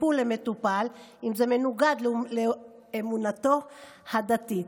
טיפול למטופל אם זה מנוגד לאמונתו הדתית.